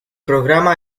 programa